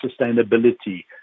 sustainability